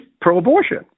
pro-abortion